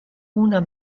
una